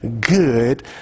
good